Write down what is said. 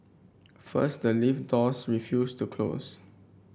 first the lift doors refused to close